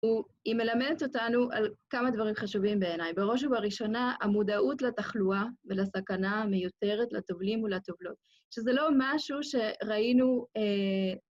היא מלמדת אותנו על כמה דברים חשובים בעיניי. בראש ובראשונה, המודעות לתחלואה ולסכנה המיותרת לטובלים ולטובלות, שזה לא משהו שראינו...